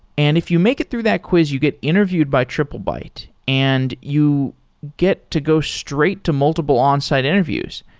and if you make it through that quiz, you get interviewed by ttriplebyte and you get to go straight to multiple onsite interviews.